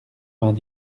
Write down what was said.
vingt